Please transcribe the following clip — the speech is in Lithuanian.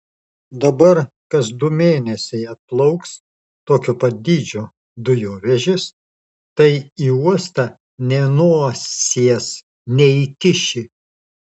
dabar kas du mėnesiai atplauks tokio pat dydžio dujovežis tai į uostą nė nosies neįkiši